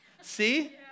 See